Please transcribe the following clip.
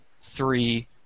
three